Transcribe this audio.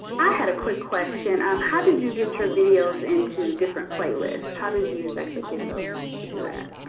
i had a quick question. um how did you get your videos into different playlists? how did you exactly get those to do that?